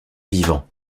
vivant